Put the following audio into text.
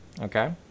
okay